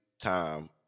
time